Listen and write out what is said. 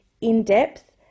in-depth